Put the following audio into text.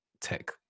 tech